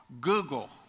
Google